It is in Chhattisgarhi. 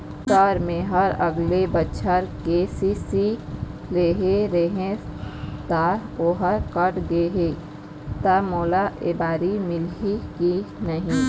सर मेहर अगले बछर के.सी.सी लेहे रहें ता ओहर कट गे हे ता मोला एबारी मिलही की नहीं?